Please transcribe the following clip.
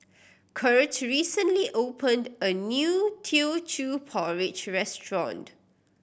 Curt recently opened a new Teochew Porridge restaurant